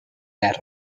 out